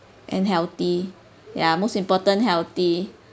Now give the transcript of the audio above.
and healthy ya most important healthy